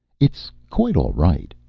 it's quite all right,